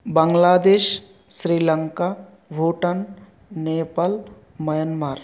Bangladesh Sri Lanka Bhutan Nepal Myanmar